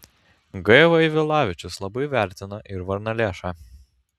g vaivilavičius labai vertina ir varnalėšą